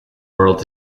world